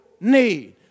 need